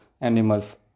animals